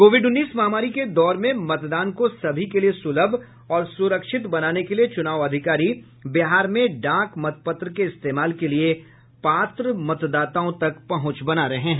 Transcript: Covid उन्नीस महामारी के दौर में मतदान को सभी के लिए सुलभ और सुरक्षित बनाने के लिए चुनाव अधिकारी बिहार में डाक मतपत्र के इस्तेमाल के लिए पात्र मतदाताओं तक पहुंच बना रहे हैं